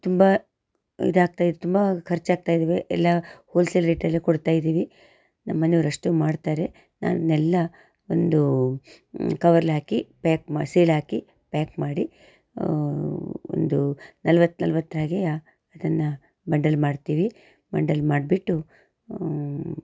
ತುಂಬ ಇದಾಗ್ತಾ ಇತ್ತು ತುಂಬ ಖರ್ಚಾಗ್ತಾ ಇದ್ದಾವೆ ಎಲ್ಲ ಹೋಲ್ಸೇಲ್ ರೇಟಲ್ಲೇ ಕೊಡ್ತಾ ಇದ್ದೀವಿ ನಮ್ಮನೆಯವ್ರು ಅಷ್ಟೂ ಮಾಡ್ತಾರೆ ನಾನು ಅದನ್ನೆಲ್ಲ ಒಂದು ಕವರಲ್ಲಿ ಹಾಕಿ ಪ್ಯಾಕ್ ಮಾಡಿ ಸೀಲ್ ಹಾಕಿ ಪ್ಯಾಕ್ ಮಾಡಿ ಒಂದು ನಲ್ವತ್ತು ನಲ್ವತ್ತರ ಹಾಗೇ ಅದನ್ನು ಬಂಡಲ್ ಮಾಡ್ತೀವಿ ಬಂಡಲ್ ಮಾಡಿಬಿಟ್ಟು